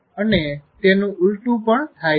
અને તેનું ઊલટું પણ થાય છે